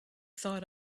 thought